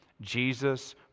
Jesus